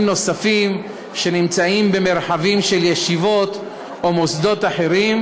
נוספים שנמצאים במרחבים של ישיבות או מוסדות אחרים,